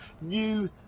new